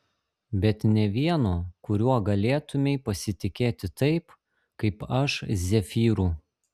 bet nė vieno kuriuo galėtumei pasitikėti taip kaip aš zefyru